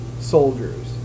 soldiers